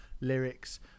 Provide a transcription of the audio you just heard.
lyrics